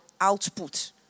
output